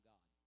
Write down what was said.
God